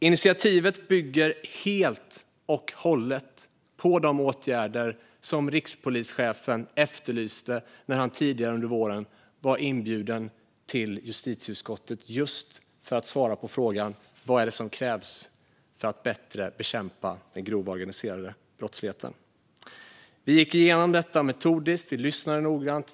Initiativet bygger helt och hållet på de åtgärder som rikspolischefen efterlyste när han tidigare under våren var inbjuden till justitieutskottet just för att svara på frågan om vad som krävs för att bättre bekämpa den grova organiserade brottsligheten. Vi gick igenom detta metodiskt. Vi lyssnade noggrant.